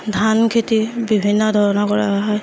ধান খেতি বিভিন্ন ধৰণৰ কৰা হয়